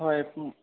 হয়